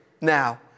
now